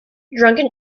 drunken